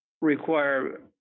require